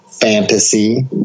fantasy